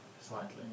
slightly